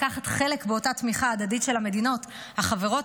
לקחת חלק בתמיכה הדדית של המדינות החברות